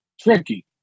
tricky